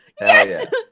Yes